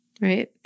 Right